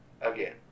Again